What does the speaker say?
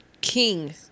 King